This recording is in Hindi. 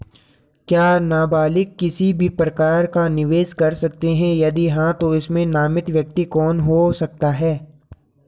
क्या नबालिग किसी भी प्रकार का निवेश कर सकते हैं यदि हाँ तो इसमें नामित व्यक्ति कौन हो सकता हैं?